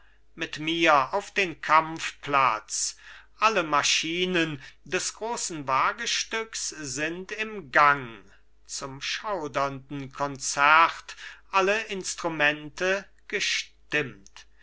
mit mir auf den kampfplatz alle maschinen des großen wagestücks sind im gang zum schaudernden konzert alle instrumente gestimmt